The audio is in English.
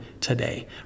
today